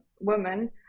woman